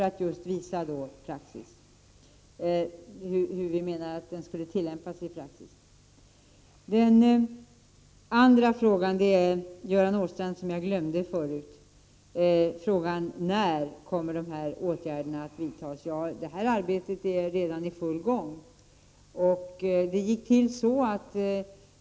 Den andra frågan ställdes av Göran Åstrand och gällde när dessa åtgärder kommer att vidtas. Arbetet är redan i full gång.